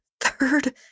third